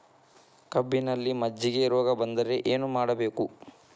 ಕಬ್ಬಿನಲ್ಲಿ ಮಜ್ಜಿಗೆ ರೋಗ ಬಂದರೆ ಏನು ಮಾಡಬೇಕು?